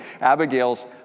Abigail's